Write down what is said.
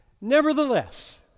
Nevertheless